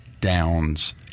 Downs